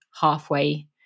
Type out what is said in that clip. halfway